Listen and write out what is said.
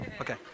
okay